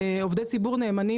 עובדי ציבור נאמנים,